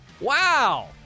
Wow